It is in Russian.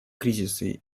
кризисы